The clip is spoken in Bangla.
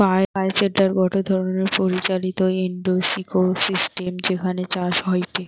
বায়োশেল্টার গটে ধরণের পরিচালিত ইন্ডোর ইকোসিস্টেম যেখানে চাষ হয়টে